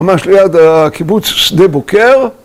‫ממש ליד הקיבוץ, שדה בוקר.